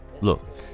look